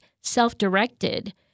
self-directed